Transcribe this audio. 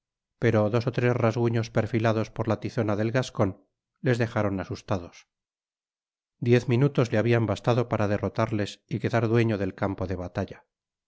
pero dos ó tres rasguños pertilados por la tizona del gascon les dejaron asustados diez minutos le habian bastado para derrotarles y quedar dueño del campo de batalla